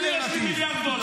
מבחינתי יש לי מיליארד דולר.